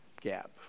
gap